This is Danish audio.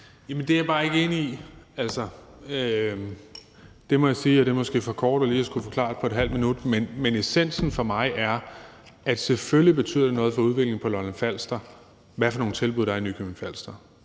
det er jeg bare ikke enig i – det må jeg sige. Og ½ minut er måske for lidt tid til at skulle forklare det, men essensen for mig er, at selvfølgelig betyder det noget for udviklingen på Lolland-Falster, hvad for nogle tilbud der er i Nykøbing Falster.